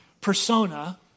persona